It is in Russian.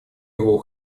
его